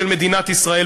של מדינת ישראל.